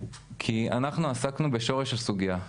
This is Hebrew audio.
אנחנו עסקנו בשורש הסוגיה.